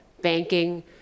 banking